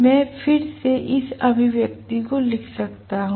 मैं फिर से इस अभिव्यक्ति को लिख सकता हूं